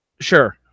Sure